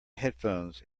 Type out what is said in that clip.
headphones